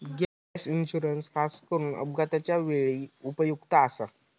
gap insurance खासकरून अपघाताच्या वेळी उपयुक्त आसा